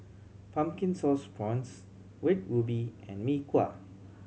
Pumpkin Sauce Prawns Red Ruby and Mee Kuah